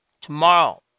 Tomorrow